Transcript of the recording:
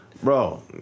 Bro